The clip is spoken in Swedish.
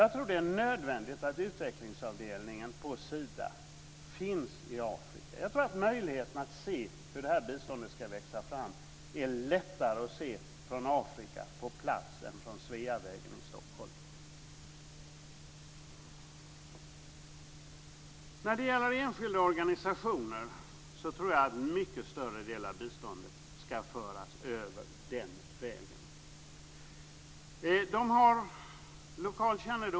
Jag tror att det är nödvändigt att utvecklingsavdelningen på Sida finns i Afrika. Jag tror att möjligheterna att se hur det här biståndet ska växa fram är bättre om man är på plats i Afrika än om man är på Sveavägen i Jag tror att en mycket större del av biståndet ska föras över via enskilda organisationer.